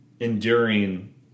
Enduring